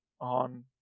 on